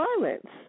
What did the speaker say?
violence